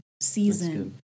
season